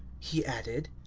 he added.